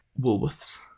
Woolworths